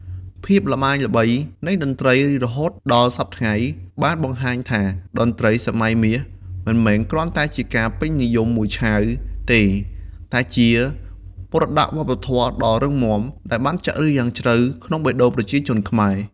ភាពល្បាញល្បីនៃតន្រ្តីរហូតដល់សព្វថ្ងៃ បានបង្ហាញថា តន្ត្រីសម័យមាសមិនមែនគ្រាន់តែជាការពេញនិយមមួយឆាវទេ តែជា មរតកវប្បធម៌ដ៏រឹងមាំ ដែលបានចាក់ឫសយ៉ាងជ្រៅក្នុងបេះដូងប្រជាជនខ្មែរ។